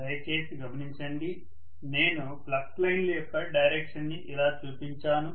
దయచేసి గమనించండి నేను ఫ్లక్స్ లైన్ల యొక్క డైరెక్షన్ ని ఇలా చూపించాను